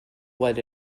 what